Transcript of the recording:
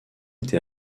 été